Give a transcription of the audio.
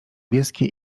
bieskie